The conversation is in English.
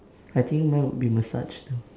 I think mine would be massage